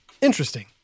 Interesting